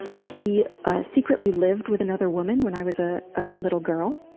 he secretly lived with another woman when i was a little girl,